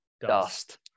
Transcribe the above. Dust